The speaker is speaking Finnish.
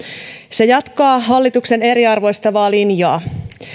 se jatkaa hallituksen eriarvoistavaa linjaa